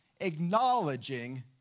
acknowledging